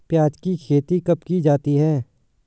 प्याज़ की खेती कब की जाती है?